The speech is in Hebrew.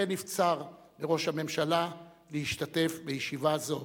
לכן נבצר מראש הממשלה להשתתף בישיבה זו.